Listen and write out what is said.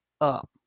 up